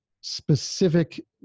specific